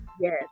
Yes